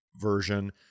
version